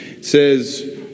says